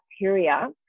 bacteria